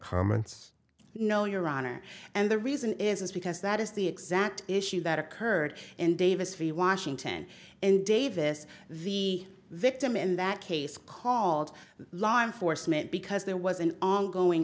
comments no your honor and the reason is because that is the exact issue that occurred in davis for you washington and davis the victim in that case called law enforcement because there was an ongoing